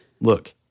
look